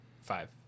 five